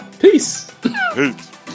peace